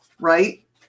right